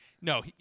No